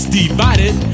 divided